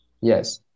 Yes